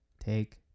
Take